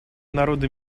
народы